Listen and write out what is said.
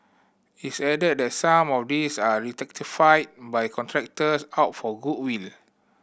its added that some of these are rectified by contractors out of goodwill